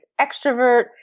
extrovert